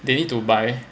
they need to buy